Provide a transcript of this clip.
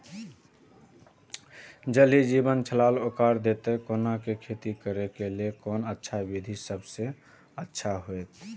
ज़ल ही जीवन छलाह ओकरा देखैत कोना के खेती करे के लेल कोन अच्छा विधि सबसँ अच्छा होयत?